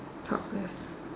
top left